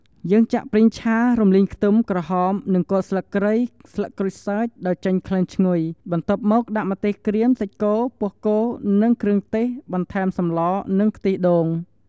យើងចាក់ប្រេងឆា រំលីងខ្ទឺម ក្រហម និងគល់ស្លឹកគ្រៃ ស្លឹកក្រូចសើច ដល់ចេញក្លិនឈ្ងុយ បន្ទាប់ដាក់ម្ទេសក្រៀម សាច់គោ ពោះគោ និងគ្រឿងទេស បន្ថែមសម្ល និងខ្ទះដូង។